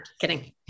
Kidding